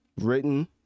written